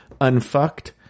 Unfucked